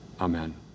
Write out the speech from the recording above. Amen